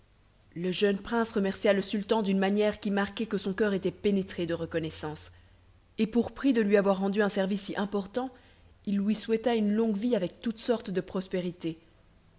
le jeune prince remercia le sultan d'une manière qui marquait que son coeur était pénétré de reconnaissance et pour prix de lui avoir rendu un service si important il lui souhaita une longue vie avec toutes sortes de prospérités